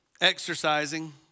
exercising